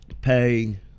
pay